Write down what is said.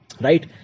right